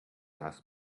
asked